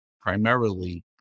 primarily